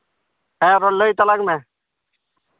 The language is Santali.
ᱦᱮᱸ ᱟᱫᱚ ᱞᱟᱹᱭ ᱛᱟᱞᱟᱝ ᱢᱮ